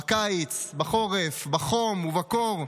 בקיץ, בחורף, בחום ובקור.